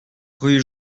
rue